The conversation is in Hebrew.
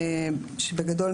בגדול,